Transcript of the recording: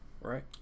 right